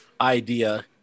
idea